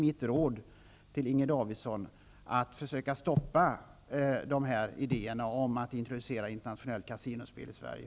Mitt råd till Inger Davidson blir att hon bör försöka stoppa idéerna om att introducera internationellt kasinospel i Sverige.